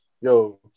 yo